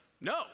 No